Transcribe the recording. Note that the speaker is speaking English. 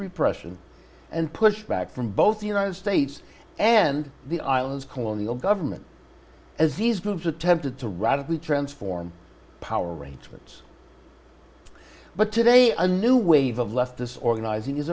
repression and pushback from both the united states and the island's colonial government as these moves attempted to radically transform power rates once but today a new wave of left this organizing is